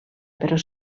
però